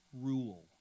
rule